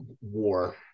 war